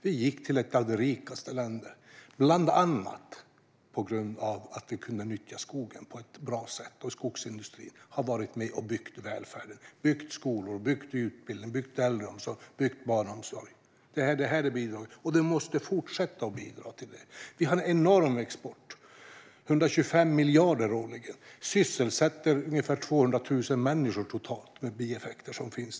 Vi gick till att vara ett av de rikaste länderna, bland annat på grund av att vi kunde nyttja skogen på ett bra sätt. Skogsindustrin har varit med och byggt välfärden - byggt skolor, byggt utbildning, byggt äldreomsorg och byggt barnomsorg. Den har bidragit och måste fortsätta att bidra. Vi har en enorm export, 125 miljarder årligen. Det sysselsätts totalt ungefär 200 000 människor med de bieffekter som finns.